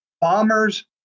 bombers